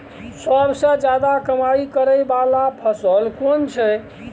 सबसे ज्यादा कमाई करै वाला फसल कोन छै?